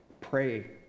pray